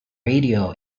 radio